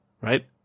Right